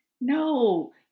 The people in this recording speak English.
no